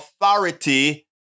authority